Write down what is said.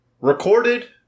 recorded